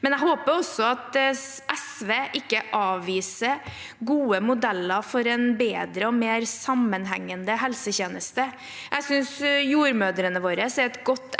Jeg håper også at SV ikke avviser gode modeller for en bedre og mer sammenhengende helsetjeneste. Jeg synes jordmødrene våre er et godt